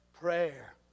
prayer